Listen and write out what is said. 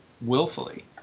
willfully